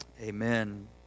amen